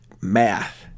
math